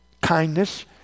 kindness